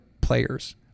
players